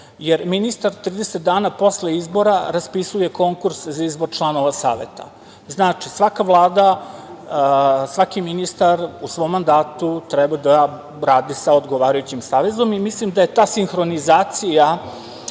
jer ministar 30 dana posle izbora raspisuje konkurs za izbor članova Saveta. Znači, svaka Vlada, svaki ministar u svom mandatu treba da radi sa odgovarajućim savetom i mislim da je ta sinhronizacija